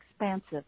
expansive